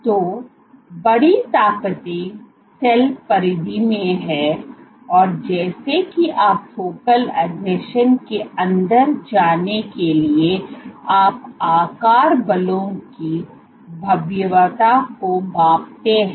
तो बड़ी ताकतों सेल परिधि में हैं और जैसा कि आप फोकल आसंजन के अंदर जाने के लिए आप आकार बलों की भयावहता को मापते हैं है